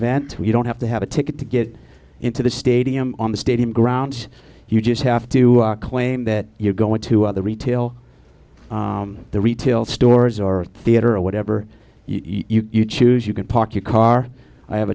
event you don't have to have a ticket to get into the stadium on the stadium grounds you just have to claim that you're going to other retail the retail stores or theater or whatever you choose you can park your car i have